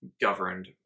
governed